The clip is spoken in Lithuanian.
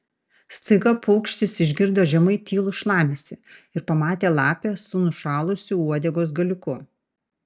staiga paukštis išgirdo žemai tylų šlamesį ir pamatė lapę su nušalusiu uodegos galiuku